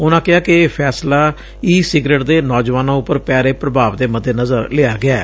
ਉਨੂਾਂ ਕਿਹਾ ਕਿ ਇਹ ਫੈਸਲਾ ਈ ਸਿਗਰਟ ਦੇ ਨੌਜੁਆਨਾਂ ਉਪਰ ਪੈ ਰਹੇ ਪ੍ਭਾਵ ਦੇ ਮੱਦੇ ਨਜ਼ਰ ਲਿਆ ਗਿਐ